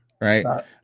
right